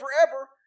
forever